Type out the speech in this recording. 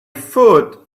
foot